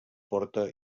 porta